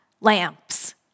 lamps